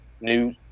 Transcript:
new